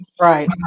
Right